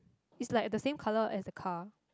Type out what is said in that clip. it's like the same colour as the car